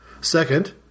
Second